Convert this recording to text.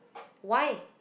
why